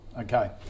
Okay